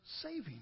saving